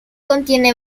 contiene